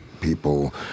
people